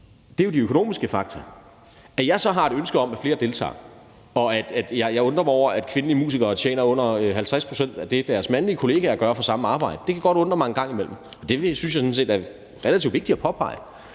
kr. er jo de økonomiske faktorer. At jeg så har et ønske om, at flere deltager, og at jeg en gang imellem kan undre mig over, at kvindelige musikere tjener under 50 pct. af det, deres mandlige kolleger gør for samme arbejde, synes jeg sådan set er relativt vigtigt at påpege.